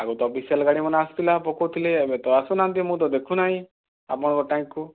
ଆଗରୁ ତ ବିଶାଲ୍ ଗାଡ଼ିମାନ ଆସୁଥିଲା ପକାଉଥିଲେ ଏବେ ତ ଆସୁନାହାନ୍ତି ମୁଁ ଦେଖୁନାହିଁ ଆପଣଙ୍କ ଟ୍ୟାଙ୍କିକୁ